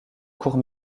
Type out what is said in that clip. court